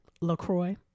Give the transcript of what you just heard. LaCroix